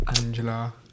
Angela